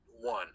one